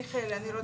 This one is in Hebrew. מיכאל אני רוצה.